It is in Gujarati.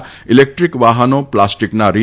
હતી ઈલેક્ટ્રીક વાહનો પ્લાસ્ટીકના રિ